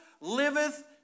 liveth